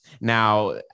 Now